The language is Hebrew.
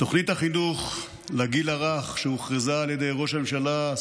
תוכנית החינוך לגיל הרך שהוכרזה על ידי ראש הממשלה,